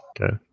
okay